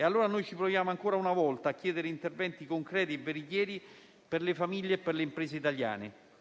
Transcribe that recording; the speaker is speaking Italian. Proviamo ancora una volta a chiedere interventi concreti e veritieri per le famiglie e le imprese italiane.